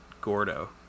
Gordo